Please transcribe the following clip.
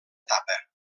etapa